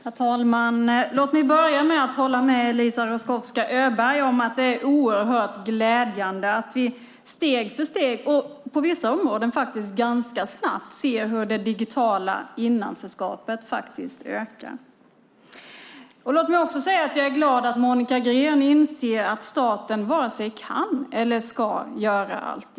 Herr talman! Låt mig börja med att hålla med Eliza Roszkowska Öberg om att det är oerhört glädjande att vi steg för steg och på vissa områden faktiskt ganska snabbt ser hur det digitala innanförskapet ökar. Låt mig också säga att jag är glad att Monica Green inser att staten varken kan eller ska göra allt.